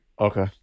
okay